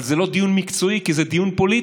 אבל זה לא דיון מקצועי, כי זה דיון פוליטי.